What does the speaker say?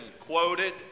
quoted